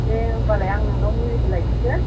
दे होनबालाय आं नोंनाव मुलिखौ लायसिगोन